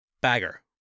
Bagger